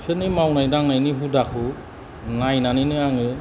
बिसोरनि मावनाय दांनायनि हुदाखौ नायनानैनो आङो